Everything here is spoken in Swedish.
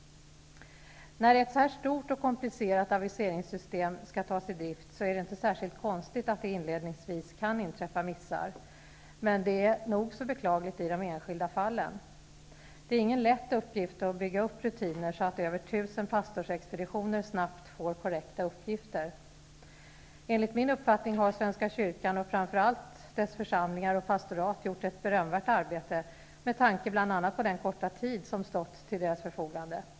När ett så stort och komplicerat aviseringssystem skall tas i drift är det inte särskilt konstigt att det inledningsvis kan inträffa missar. Men det är nog så beklagligt i de enskilda fallen. Det är ingen lätt uppgift att bygga upp rutiner så att över tusen pastorsexpeditioner snabbt får korrekta uppgifter. Enligt min uppfattning har svenska kyrkan och framför allt dess församlingar och pastorat gjort ett berömvärt arbete med tanke bl.a. på den korta tid som stått till deras förfogande.